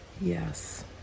Yes